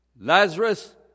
Lazarus